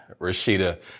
Rashida